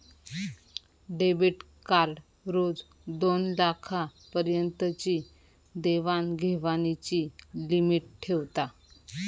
debit card रोज दोनलाखा पर्यंतची देवाण घेवाणीची लिमिट ठेवता